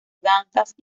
danzas